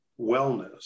wellness